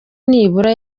nibura